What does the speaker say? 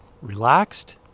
relaxed